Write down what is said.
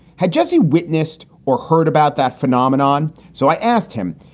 had jesse witnessed or heard about that? phenomenon. so i asked him,